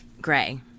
Gray